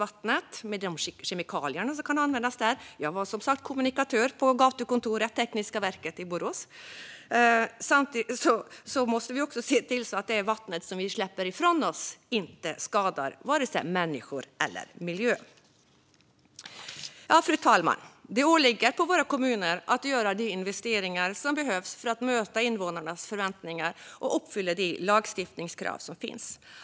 Vi måste alltså se till miljön i fråga om reningsprocessen av dricksvattnet så att det vatten vi släpper ifrån oss, med de kemikalier som kan användas där, inte skadar vare sig människor eller miljö. Fru talman! Det åligger våra kommuner att göra de investeringar som behövs för att möta invånarnas förväntningar och uppfylla de lagstiftningskrav som finns.